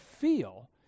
feel